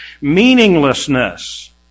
meaninglessness